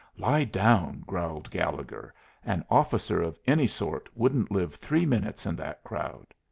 lie down, growled gallegher an officer of any sort wouldn't live three minutes in that crowd.